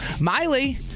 Miley